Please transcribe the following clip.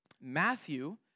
Matthew